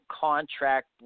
contract